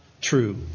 true